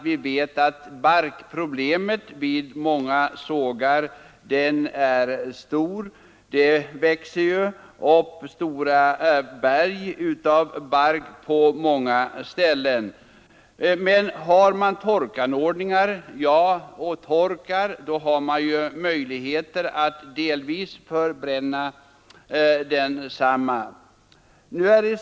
Vi vet att barkproblemet vid många sågverk är stort; hela berg av bark växer upp på många ställen. Men har man torkanordningar finns det delvis möjligheter att förbränna barken.